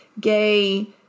gay